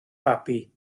babi